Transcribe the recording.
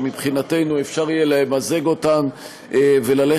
מבחינתנו אפשר יהיה למזג אותן וללכת